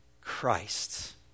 Christ